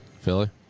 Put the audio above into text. Philly